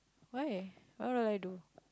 why what would I do